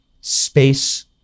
space